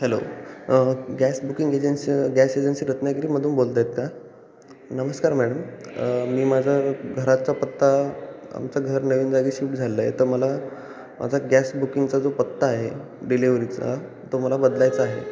hello gas booking agency gas agency रत्नागिरीमधून बोलत आहेत का नमस्कार मॅडम मी माझा घराचा पत्ता आमचं घर नवीन जागी शिफ्ट झालं आहे तर मला माझा गॅस बुकिंगचा जो पत्ता आहे डिलेवरीचा तो मला बदलायचा आहे